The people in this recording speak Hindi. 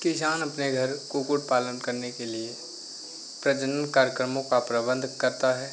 किसान अपने घर कुक्कुट पालन करने के लिए प्रजनन कार्यक्रमों का प्रबंध करता है